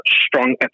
strong